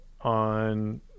on